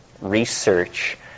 research